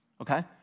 okay